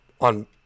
on